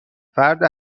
فرد